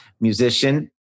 musician